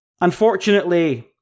Unfortunately